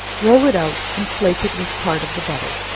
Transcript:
roll it out, and flake it with part of the butler,